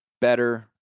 better